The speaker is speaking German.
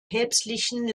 päpstlichen